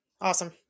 Awesome